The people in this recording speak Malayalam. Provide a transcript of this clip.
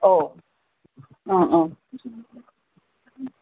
ഓ ആ ആ